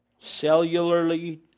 Cellularly